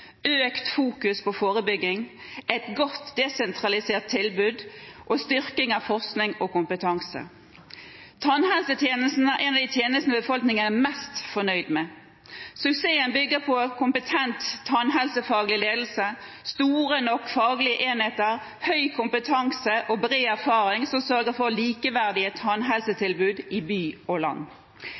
økt fokus på forebygging, et godt desentralisert tilbud og styrking av forskning og kompetanse. Tannhelsetjenesten er en av de tjenestene befolkningen er mest fornøyd med. Suksessen bygger på kompetent tannhelsefaglig ledelse, store nok faglige enheter, høy kompetanse og bred erfaring, som sørger for likeverdige tannhelsetilbud i by og land.